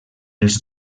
els